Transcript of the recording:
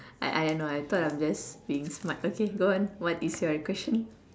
I I know I thought I was just being smart okay go on what is your question